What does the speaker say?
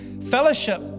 Fellowship